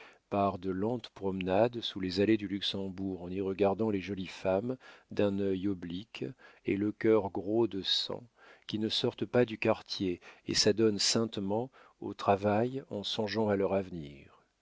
par de lentes promenades sous les allées du luxembourg en y regardant les jolies femmes d'un œil oblique et le cœur gros de sang qui ne sortent pas du quartier et s'adonnent saintement au travail en songeant à leur avenir